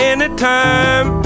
Anytime